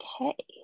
Okay